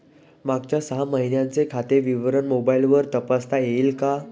मागच्या सहा महिन्यांचे खाते विवरण मोबाइलवर तपासता येईल का?